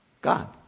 God